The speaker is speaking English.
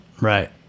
Right